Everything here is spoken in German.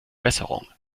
besserung